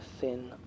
thin